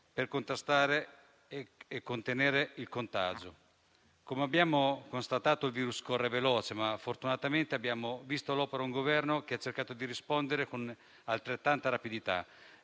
per contrastare e contenere il contagio. Come abbiamo constatato, il virus corre veloce, ma fortunatamente abbiamo visto all'opera un Governo che ha cercato di rispondere con altrettanta rapidità.